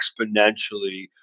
exponentially